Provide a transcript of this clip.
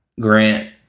Grant